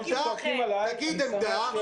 תגיד עמדה,